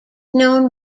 known